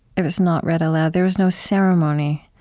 it was not read aloud. there was no ceremony.